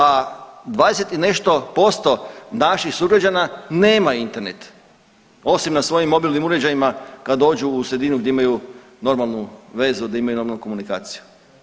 A 20 i nešto posto naših sugrađana nema Internet osim na svojim mobilnim uređajima kad dođu u sredinu gdje imaju normalnu vezu, gdje imaju normalnu komunikaciju.